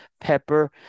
pepper